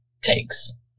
takes